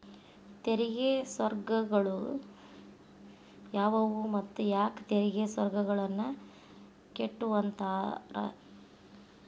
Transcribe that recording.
ತೆರಿಗೆ ಸ್ವರ್ಗಗಳು ಯಾವುವು ಮತ್ತ ಯಾಕ್ ತೆರಿಗೆ ಸ್ವರ್ಗಗಳನ್ನ ಕೆಟ್ಟುವಂತಾರ